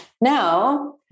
now